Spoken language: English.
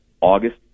August